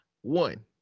One